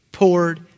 poured